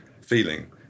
feeling